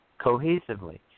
cohesively